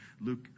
Luke